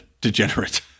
degenerate